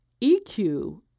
EQ